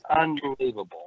unbelievable